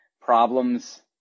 problems